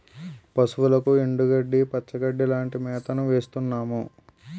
పశువులకు ఎండుగడ్డి, పచ్చిగడ్డీ లాంటి మేతను వేస్తున్నాము